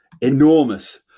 Enormous